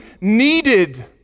needed